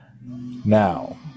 Now